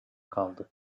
kaldı